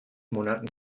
monaten